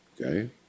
Okay